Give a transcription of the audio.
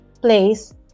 place